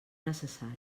necessari